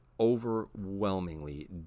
overwhelmingly